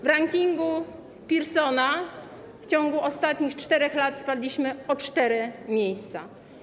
W rankingu Pearsona w ciągu ostatnich 4 lat spadliśmy o cztery miejsca.